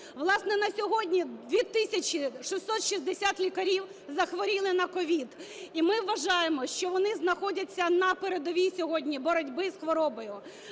Власне, на сьогодні 2660 лікарів захворіли на CОVID, і ми вважаємо, що вони знаходяться на передовій сьогодні боротьби з хворобою.